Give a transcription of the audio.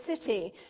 city